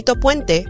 Puente